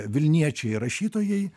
vilniečiai rašytojai